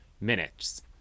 minutes